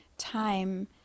time